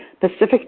Pacific